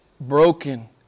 broken